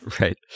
Right